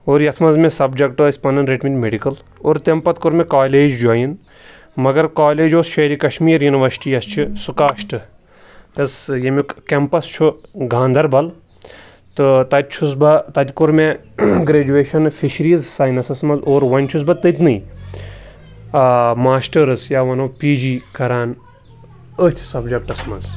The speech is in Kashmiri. اور یَتھ منٛز مےٚ سَبجَکٹہٕ ٲسۍ پَنٕںۍ رٔٹۍمٕتۍ مٮ۪ڈِکَل اور تمہِ پَتہٕ کوٚر مےٚ کالیج جویِن مگر کالیج اوس شیرِ کشمیٖر یوٗنیوَرسٹی یَس چھِ سٕکاسٹہٕ یَسہٕ ییٚمیُک کٮ۪مپَس چھُ گاندربل تہٕ تَتہِ چھُس بہٕ تَتہِ کوٚر مےٚ گرٛیجُویشَن فِشریٖز ساینَسَس منٛز اور وۄنۍ چھُس بہٕ تٔتۍ نٕے ماسٹٲرٕز یا وَنو پی جی کَران أتھۍ سَبجَکٹَس منٛز